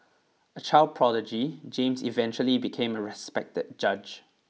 a child prodigy James eventually became a respected judge